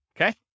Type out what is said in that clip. Okay